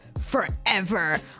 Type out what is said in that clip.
Forever